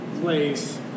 place